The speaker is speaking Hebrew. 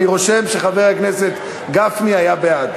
אני רושם שחבר הכנסת גפני היה בעד.